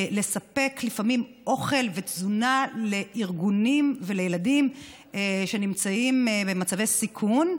בלספק לפעמים אוכל ותזונה לארגונים ולילדים שנמצאים במצבי סיכון.